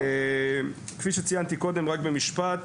כפי שציינתי קודם רק במשפט,